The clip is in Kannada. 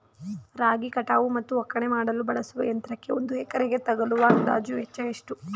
ರಾಗಿ ಕಟಾವು ಮತ್ತು ಒಕ್ಕಣೆ ಮಾಡಲು ಬಳಸುವ ಯಂತ್ರಕ್ಕೆ ಒಂದು ಎಕರೆಗೆ ತಗಲುವ ಅಂದಾಜು ವೆಚ್ಚ ಎಷ್ಟು?